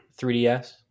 3DS